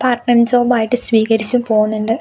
part time ജോബായിട്ട് സ്വീകരിച്ചു പോകുന്നുണ്ട്